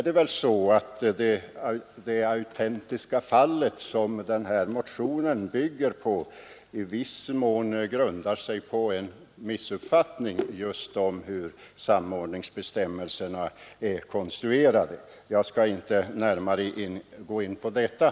Det autentiska fallet bakom denna motion grundar sig i viss mån på en missuppfattning om hur samordningsbestämmelserna är konstruerade. Jag skall inte gå närmare in på detta.